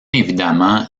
évidemment